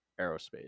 aerospace